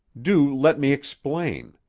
do let me explain.